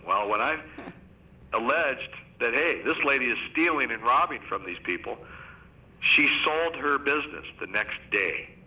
while when i alleged that hey this lady is stealing and robbing from these people she sold her business the next day